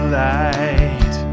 light